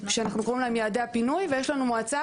שקוראים להם יעדי הפינוי ויש לנו מועצה